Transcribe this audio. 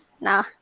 nah